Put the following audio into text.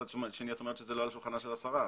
מצד שני את אומרת שזה לא על שולחנה של השרה.